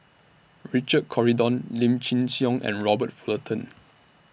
Richard Corridon Lim Chin Siong and Robert Fullerton